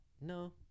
no